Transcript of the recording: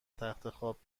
تختخواب